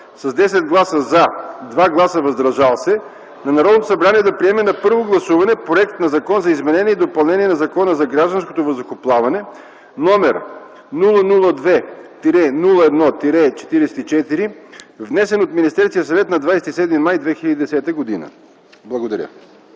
с 10 гласа „за” и 2 гласа „въздържали се” на Народното събрание да приеме на първо гласуване Законопроект за изменение и допълнение на Закона за гражданското въздухоплаване, № 002-01-44, внесен от Министерския съвет на 27 май 2010 г.” Благодаря.